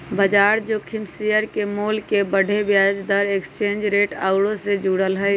बजार जोखिम शेयर के मोल के बढ़े, ब्याज दर, एक्सचेंज रेट आउरो से जुड़ल हइ